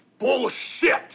Bullshit